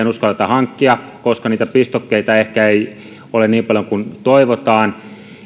hankkia sähköauto mutta ei oikein uskalleta hankkia koska niitä pistokkeita ehkä ei ole niin paljon kuin toivotaan